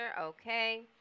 okay